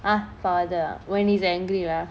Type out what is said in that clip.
ah father ah when he's angry ah